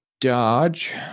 dodge